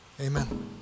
amen